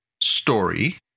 story